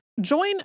Join